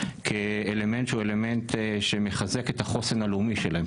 כאלמנט שהוא אלמנט שמחזק את החוסן הלאומי שלהם.